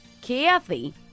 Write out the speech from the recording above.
Kathy